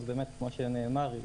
כמו שנאמר,